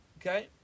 Okay